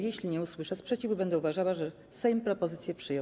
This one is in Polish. Jeśli nie usłyszę sprzeciwu, będę uważała, że Sejm propozycje przyjął.